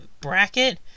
bracket